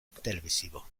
televisivo